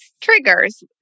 triggers